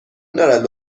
دارد